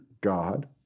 God